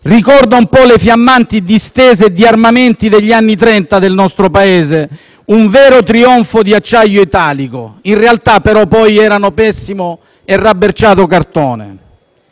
Ricorda un po' le fiammanti distese di armamenti degli anni Trenta del nostro Paese, un vero trionfo di acciaio italico. In realtà, però poi era pessimo e rabberciato cartone.